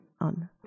on